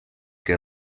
que